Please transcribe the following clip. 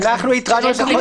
זה אמור